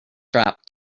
dropped